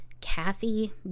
Kathy